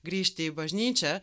grįžti į bažnyčią